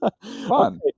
Fun